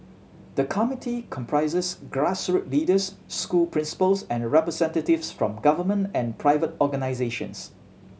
the committee comprises grassroots leaders school principals and representatives from government and private organisations